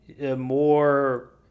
more